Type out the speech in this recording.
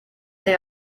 they